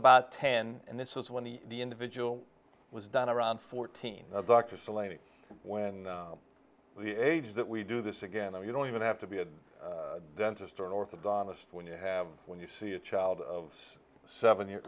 about ten and this was when the individual was done around fourteen of dr so late when the age that we do this again oh you don't even have to be a dentist or an orthodontist when you have when you see a child of seven your